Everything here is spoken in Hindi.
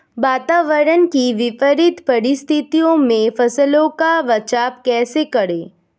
वातावरण की विपरीत परिस्थितियों में फसलों का बचाव कैसे करें?